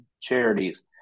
charities